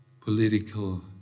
political